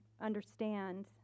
understand